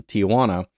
Tijuana